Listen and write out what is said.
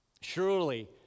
Surely